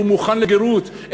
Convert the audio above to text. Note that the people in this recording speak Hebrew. והוא מוכן לגרות,